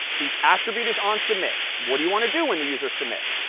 the attribute is onsubmit. what do you want to do when the user submits?